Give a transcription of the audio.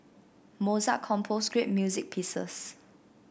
Mozart composed great music pieces